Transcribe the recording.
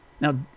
Now